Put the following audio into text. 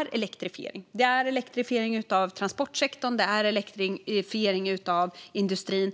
är elektrifiering. Det är elektrifiering av transportsektorn och elektrifiering av industrin.